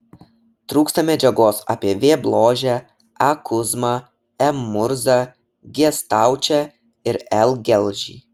trūksta medžiagos apie v bložę a kuzmą m murzą g staučę ir l gelčį